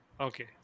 Okay